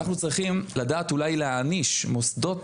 אנחנו צריכים לדעת אולי להעניש מוסדות